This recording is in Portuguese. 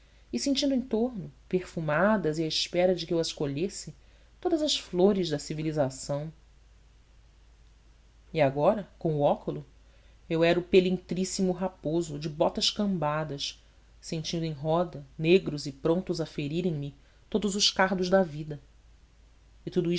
e sentindo em torno perfumadas e à espera de que eu